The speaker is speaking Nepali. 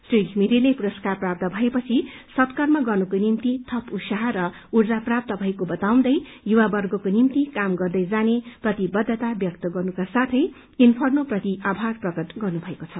श्री विमिरेले पुरस्कार प्राप्त भएपछि सत्कर्म गर्नको निम्ति थप उत्साह र ऊर्मा प्राप्त भएको बताउँदै युवावर्गको निम्ति काम गर्दै जाने प्रतिबद्धता व्यक्त गर्नुका साथै इन्फर्नोप्रति आभार प्रकट गर्नुभएको छ